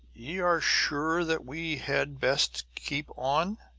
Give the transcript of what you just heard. ye are sure that we had best keep on?